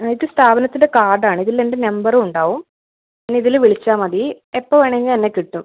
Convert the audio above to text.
ഇത് സ്ഥാപനത്തിൻ്റെ കാർഡാണ് ഇതിലെൻ്റെ നമ്പറും ഉണ്ടാവും ഇനിയിതിൽ വിളിച്ചാൽ മതി എപ്പോൾ വേണമെങ്കിലും എന്നെ കിട്ടും